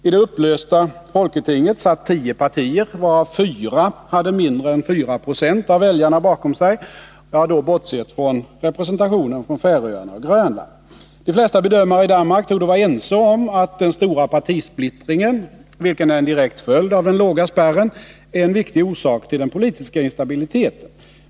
I det upplösta folketinget satt tio partier, varav fyra hade mindre än 4 96 av väljarna bakom sig. Jag har då bortsett från representationen från Färöarna och Grönland. De flesta bedömare i Danmark torde vara ense om att den stora partisplittringen — vilken är en direkt följd av den låga spärren — är en viktig orsak till den politiska instabiliteten.